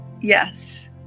yes